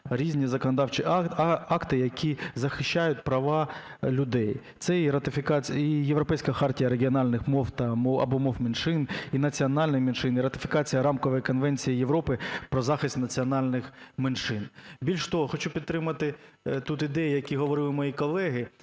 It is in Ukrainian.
різні законодавчі акти, які захищають права людей. Це і ратифікація… і Європейська хартія регіональних мов та/або мов меншин, і національні меншини, і ратифікація Рамкової конвенції Європи про захист національних меншин. Більш того, хочу підтримати тут ідеї, які говорили мої колеги,